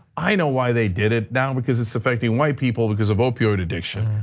i know why they did it now because it's affecting white people because of opioid addiction.